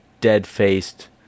dead-faced